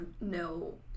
no